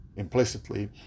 implicitly